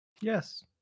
yes